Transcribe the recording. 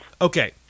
Okay